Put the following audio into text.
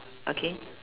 okay